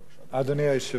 אדוני היושב-ראש,